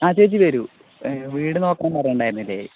ആ ചേച്ചി വരൂ വീട് നോക്കണമെന്ന് പറഞ്ഞിട്ടുണ്ടായിരുന്നില്ലേ